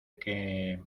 que